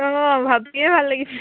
অঁ ভাবিয়ে ভাল লাগিছে